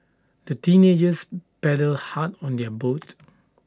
the teenagers paddled hard on their boat